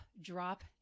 drop